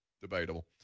Debatable